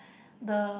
the